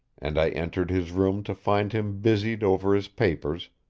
and i entered his room to find him busied over his papers,